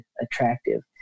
attractive